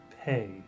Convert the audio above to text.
pay